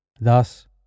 Thus